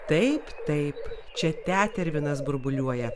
taip taip čia tetervinas burbuliuoja